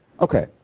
Okay